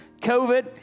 COVID